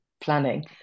planning